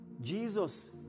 Jesus